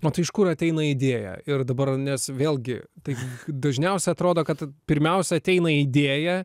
o tait iš kur ateina idėja ir dabar nes vėlgi tai dažniausiai atrodo kad pirmiausia ateina idėja